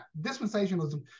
dispensationalism